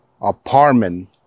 apartment